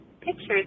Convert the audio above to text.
pictures